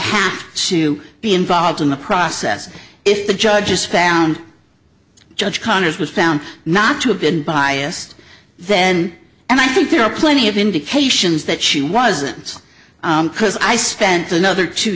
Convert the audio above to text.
have to be involved in the process if the judge is found judge connors was found not to have been biased then and i think there are plenty of indications that she wasn't because i spent another two